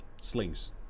Slings